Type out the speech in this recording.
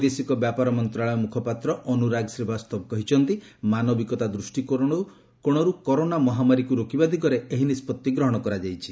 ବୈଦେଶିକ ବ୍ୟାପାର ମନ୍ତ୍ରଣାଳୟ ମୁଖପାତ୍ର ଅନୁରାଗ ଶ୍ରୀବାସ୍ତବ କହିଛନ୍ତି ମାନବିକତା ଦୃଷ୍ଟିକୋଣରୁ କରୋନା ମହାମାରୀକୁ ରୋକିବା ଦିଗରେ ଏହି ନିଷ୍ପତ୍ତି ଗ୍ରହଣ କରାଯାଇଛି